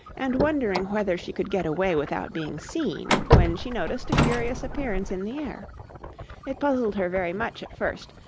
and wondering whether she could get away without being seen, when she noticed a curious appearance in the air it puzzled her very much at first,